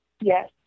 yes